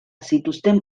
zituzten